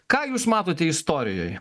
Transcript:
ką jūs matote istorijoje